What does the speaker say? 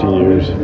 years